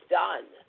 done